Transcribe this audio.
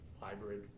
hybrid